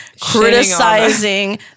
criticizing